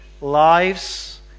lives